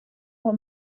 what